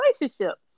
relationship